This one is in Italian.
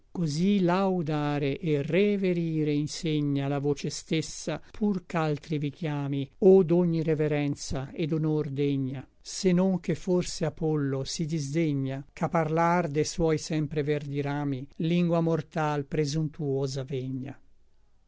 cosí laudare et reverire insegna la voce stessa pur ch'altri vi chiami o d'ogni reverenza et d'onor degna se non che forse apollo si disdegna ch'a parlar de suoi sempre verdi rami lingua mortal presumptosa vegna